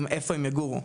עם איפה הם יגורו,